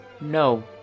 No